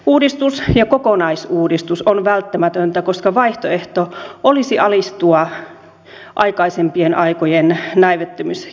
uudistus ja kokonaisuudistus on välttämätöntä koska vaihtoehto olisi alistua aikaisempien aikojen näivettymiskierteeseen